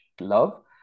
love